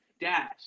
Dash